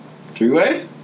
three-way